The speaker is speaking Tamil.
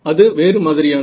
அது வேறு மாதிரியானது